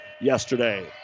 yesterday